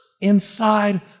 inside